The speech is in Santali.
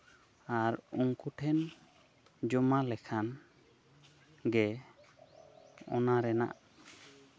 ᱟᱨ ᱩᱱᱠᱩ ᱴᱷᱮᱱ ᱡᱚᱢᱟ ᱞᱮᱠᱷᱟᱱ ᱜᱮ ᱚᱱᱟ ᱨᱮᱱᱟᱜ